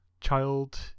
child